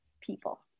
people